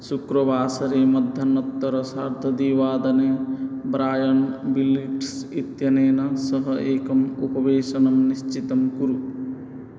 शुक्रवासरे मध्याह्णोत्तरसार्धद्विवादने Brian Billips इत्यनेन सह एकम् उपवेशनं निश्चितं कुरु